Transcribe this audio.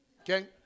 Okay